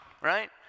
right